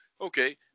Okay